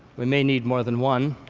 we may need more than one.